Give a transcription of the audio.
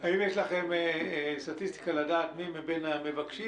האם יש לכם סטטיסטיקה לדעת מי מבין המבקשים